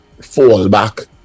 fallback